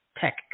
tech